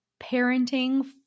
parenting